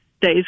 days